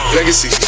Legacy